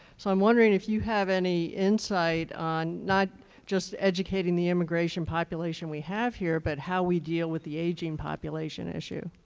so i'm wondering if you have any insight on, not just educating the immigration population we have here, but how we deal with the aging population issue.